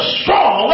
strong